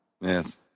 Yes